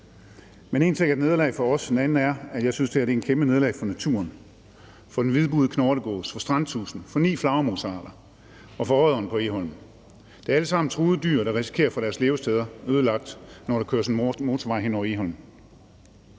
Men en ting er et nederlag for os, en anden er, at jeg synes, at det her er et kæmpe nederlag for naturen, for den lysbugede knortegås, for strandtudsen, for ni flagermusarter og for odderen på Egholm. Det er alle sammen truede dyr, der risikerer at få deres levesteder ødelagt, når der køres en motorvej hen over Egholm.